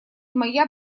моя